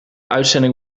uitzending